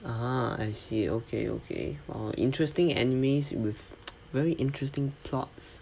ah I see okay okay oh interesting animes with very interesting plots